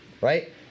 Right